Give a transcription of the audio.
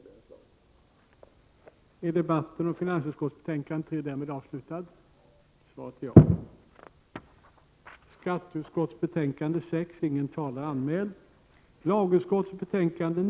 Kammaren övergick därför till att debattera lagutskottets betänkande 9 om upphovsrättsliga frågor.